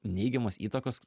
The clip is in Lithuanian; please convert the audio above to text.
neigiamos įtakos